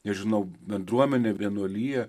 nežinau bendruomenę vienuoliją